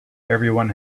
everyone